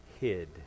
hid